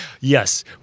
Yes